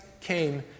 came